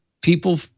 People